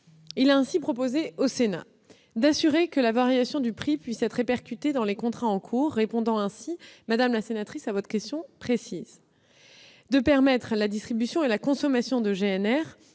Il a ainsi proposé au Sénat d'assurer que la variation du prix puisse être répercutée dans les contrats en cours- cela répond, madame la sénatrice, à votre question précise -, de permettre la distribution et la consommation de GNR